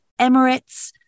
Emirates